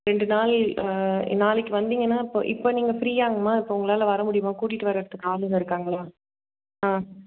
ரெண்டு நாள் நாளைக்கு வந்தீங்கன்னால் இப்போது இப்போ நீங்கள் ஃப்ரீயாங்கமா இப்போ உங்களால் வர முடியுமா கூட்டிட்டு வரதுக்கு ஆளுங்கள் இருக்காங்களா ஆ